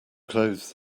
clothes